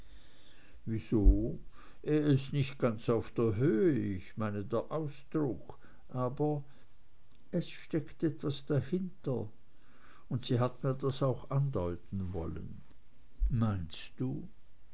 wieso er ist nicht ganz auf der höhe ich meine der ausdruck aber es steckt etwas dahinter und sie hat mir das auch andeuten wollen meinst du